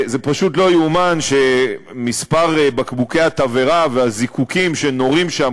זה פשוט לא ייאמן שמספר בקבוקי התבערה והזיקוקים שנורים שם,